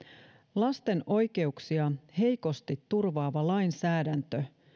lasten oikeuksia heikosti turvaava lainsäädäntö